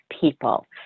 people